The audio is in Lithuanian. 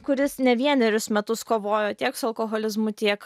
kuris ne vienerius metus kovojo tiek su alkoholizmu tiek